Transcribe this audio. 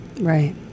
Right